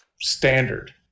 standard